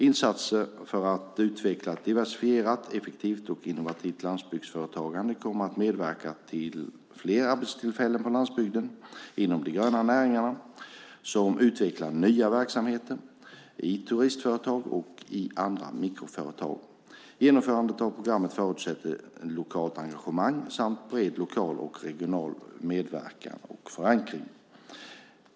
Insatser för att utveckla ett diversifierat, effektivt och innovativt landsbygdsföretagande kommer att medverka till fler arbetstillfällen på landsbygden, inom de gröna näringarna, som utvecklar nya verksamheter, i turistföretag och i andra mikroföretag. Genomförandet av programmet förutsätter lokalt engagemang samt bred lokal och regional medverkan och förankring.